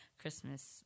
Christmas